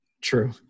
True